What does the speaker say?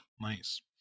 nice